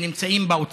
אז כנוסח הוועדה,